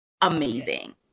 amazing